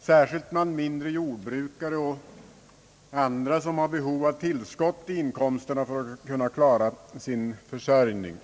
särskilt bland mindre jordbrukare och andra som har behov av tillskott till inkomsten för att klara sin försörjning.